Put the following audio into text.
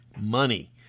Money